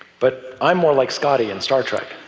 but i'm more like scotty in star trek.